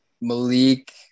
Malik